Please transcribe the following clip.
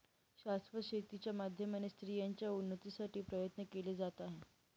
शाश्वत शेती च्या माध्यमाने स्त्रियांच्या उन्नतीसाठी प्रयत्न केले जात आहे